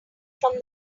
from